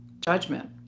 judgment